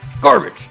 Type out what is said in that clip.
Garbage